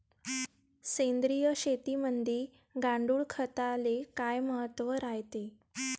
सेंद्रिय शेतीमंदी गांडूळखताले काय महत्त्व रायते?